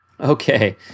Okay